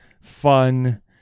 fun